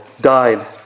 died